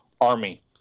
army